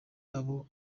abo